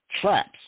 Traps